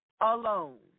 alone